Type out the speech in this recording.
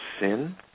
sin